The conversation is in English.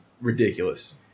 ridiculous